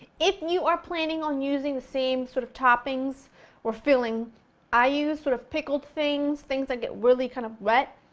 if you are planning on using the same sort of toppings or filling i used, sort of pickled things, things that get really kind of wet,